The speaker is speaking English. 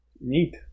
neat